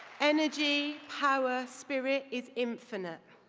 energy, power, spirit is infinite.